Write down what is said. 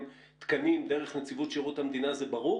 איזה שהוא טווח,